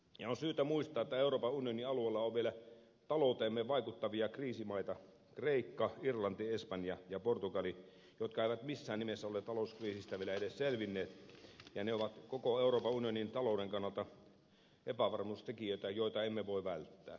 on syytä muistaa että euroopan unionin alueella on vielä talouteemme vaikuttavia kriisimaita kreikka irlanti espanja ja portugali jotka eivät missään nimessä ole talouskriisistä vielä edes selvinneet ja ne ovat koko euroopan unionin talouden kannalta epävarmuustekijöitä joita emme voi välttää